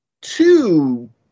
two